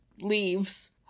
leaves